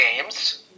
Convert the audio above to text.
games